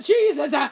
Jesus